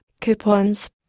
coupons